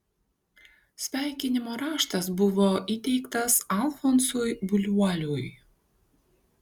sveikinimo raštas buvo įteiktas alfonsui buliuoliui